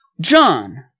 john